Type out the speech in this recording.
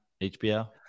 HBO